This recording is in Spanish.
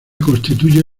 constituye